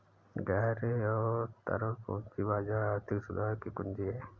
गहरे और तरल पूंजी बाजार आर्थिक सुधार की कुंजी हैं,